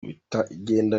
bitagenda